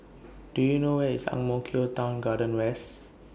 Do YOU know Where IS Ang Mo Kio Town Garden West